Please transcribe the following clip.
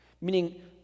Meaning